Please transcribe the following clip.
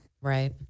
right